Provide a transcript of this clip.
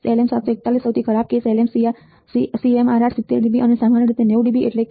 LM741 સૌથી ખરાબ case CMRR 70 dB અને સામાન્ય રીતે 90 dB એટલે કે